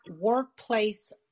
workplace